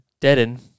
deaden